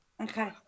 Okay